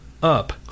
up